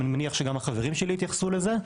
אני מניח שגם החברים שלי יתייחסו לזה.